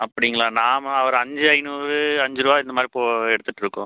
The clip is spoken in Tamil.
அப்படிங்களா நாம ஒரு அஞ்சு ஐநூறு அஞ்சு ரூவா இந்த மாதிரி போ எடுத்துட்டுருக்கோம்